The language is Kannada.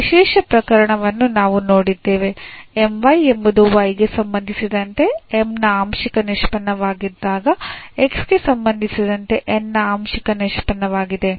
ಈ ವಿಶೇಷ ಪ್ರಕರಣವನ್ನು ನಾವು ನೋಡಿದ್ದೇವೆ M y ಎಂಬುದು y ಗೆ ಸಂಬಂಧಿಸಿದಂತೆ M ನ ಆಂಶಿಕ ನಿಷ್ಪನ್ನವಾಗಿದ್ದಾಗ x ಗೆ ಸಂಬಂಧಿಸಿದಂತೆ N ನ ಆಂಶಿಕ ನಿಷ್ಪನ್ನವಾಗಿದೆ